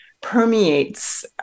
permeates